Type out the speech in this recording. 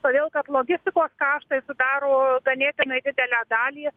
todėl kad logistikos kaštai sudaro ganėtinai didelę dalį